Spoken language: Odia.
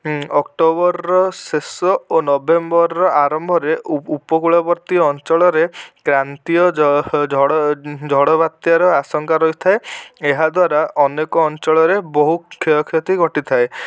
ଅକ୍ଟୋବରର ଶେଷ ଓ ନଭେମ୍ବରର ଆରମ୍ଭରେ ଉ ଉପକୂଳବର୍ତ୍ତି ଅଞ୍ଚଳରେ କ୍ରାନ୍ତୀୟ ଜ ଝଡ଼ ଝଡ଼ ବାତ୍ୟାର ଆଶଙ୍କା ରହିଥାଏ ଏହାଦ୍ୱାରା ଅନେକ ଅଞ୍ଚଳରେ ବହୁ କ୍ଷୟ କ୍ଷତି ଘଟିଥାଏ